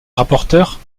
rapporteure